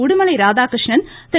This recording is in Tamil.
உடுமலை ராதாகிருஷ்ணன் திரு